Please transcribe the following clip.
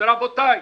ורבותיי,